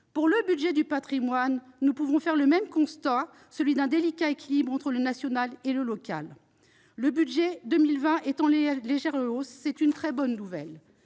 Pour le budget du patrimoine, nous pouvons faire le même constat, celui d'un délicat équilibre entre le national et le local. Le budget pour 2020 est en légère hausse, c'est une très bonne nouvelle.